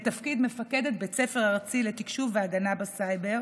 בתפקיד מפקדת בית ספר ארצי לתקשוב והגנה בסייבר